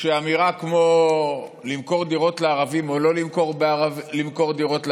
שאמירה כמו למכור דירות לערבים או לא למכור דירות לערבים,